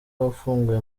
wafunguye